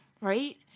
Right